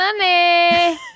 money